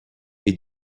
est